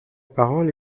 parole